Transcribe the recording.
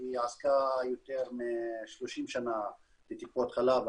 שהיא עשתה יותר מ-30 שנה בטיפות חלב.